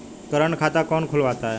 Current खाता कौन खुलवाता है?